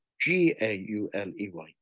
G-A-U-L-E-Y